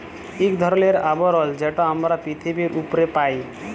ইক ধরলের আবরল যেট আমরা পিথিবীর উপ্রে পাই